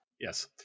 Yes